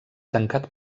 tancat